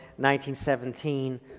1917